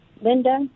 Linda